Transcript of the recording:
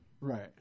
Right